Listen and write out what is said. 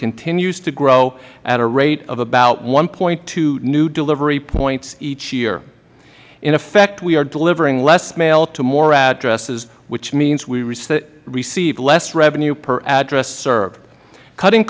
continues to grow at a rate of about one point two new delivery points each year in effect we are delivering less mail to more addresses which means we receive less revenue per address served cutting